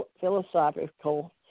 philosophical